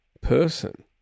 person